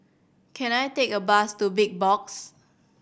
can I take a bus to Big Box